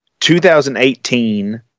2018